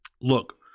Look